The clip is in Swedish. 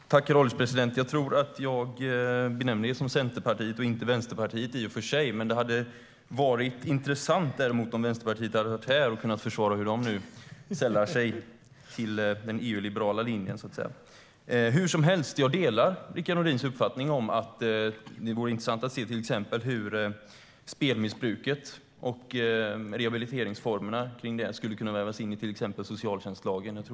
STYLEREF Kantrubrik \* MERGEFORMAT SpelfrågorJag delar Rickard Nordins uppfattning om att det vore intressant att se hur till exempel spelmissbruket och rehabiliteringsformerna för det här skulle kunna vävas in i socialtjänstlagen.